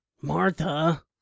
Martha